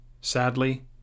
Sadly